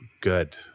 good